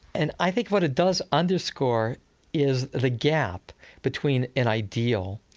and i think what it does underscore is the gap between an ideal,